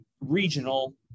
regional